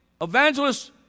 evangelists